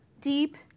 deep